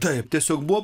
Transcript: taip tiesiog buvo